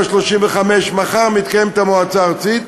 35 מחר מתקיימת ישיבה במועצה הארצית.